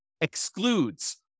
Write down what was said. excludes